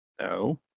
No